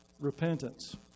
repentance